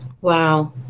Wow